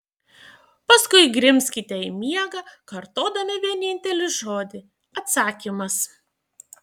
paskui grimzkite į miegą kartodami vienintelį žodį atsakymas